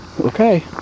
okay